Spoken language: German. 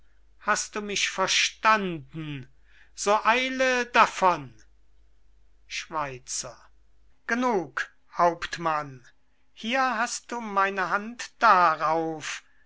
hast du mich verstanden so eile davon schweizer genug hauptmann hier hast du meine hand darauf